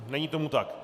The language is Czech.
Není tomu tak.